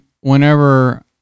whenever